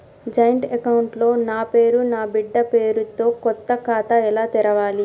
Joint account లో నా పేరు నా బిడ్డే పేరు తో కొత్త ఖాతా ఎలా తెరవాలి?